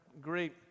great